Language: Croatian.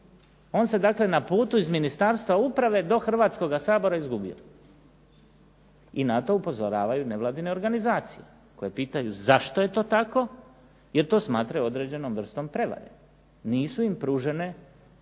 On se dakle na putu iz Ministarstva uprave do Hrvatskoga sabora izgubio, i na to upozoravaju nevladine organizacije, koje pitaju zašto je to tako, jer to smatraju određenom vrstom prevare. Nisu im pruženi argumenti